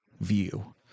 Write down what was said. view